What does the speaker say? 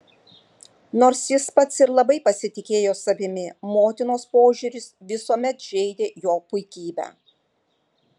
nors jis pats ir labai pasitikėjo savimi motinos požiūris visuomet žeidė jo puikybę